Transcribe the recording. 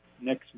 next